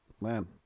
man